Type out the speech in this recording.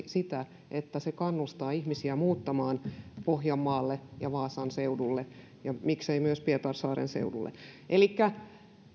sitä että se kannustaa ihmisiä muuttamaan pohjanmaalle ja vaasan seudulle ja miksei myös pietarsaaren seudulle elikkä